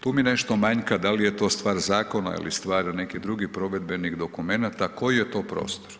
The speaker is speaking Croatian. Tu mi nešto manjka, da li je to stvar zakona ili stvar nekih drugih provedbenih dokumenata, koji je to prostor?